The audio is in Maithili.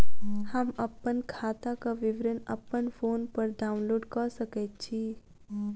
हम अप्पन खाताक विवरण अप्पन फोन पर डाउनलोड कऽ सकैत छी?